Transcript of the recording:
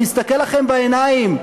אני מסתכל לכם בעיניים.